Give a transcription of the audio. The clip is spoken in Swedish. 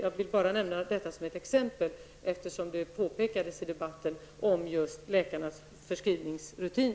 Jag ville bara nämna det som ett exempel, eftersom läkarnas sjukskrivningsrutiner togs upp i debatten.